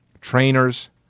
Trainers